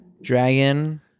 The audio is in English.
Dragon